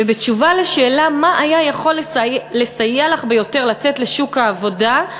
ובתשובה על השאלה: מה היה יכול לסייע לך ביותר לצאת לשוק העבודה,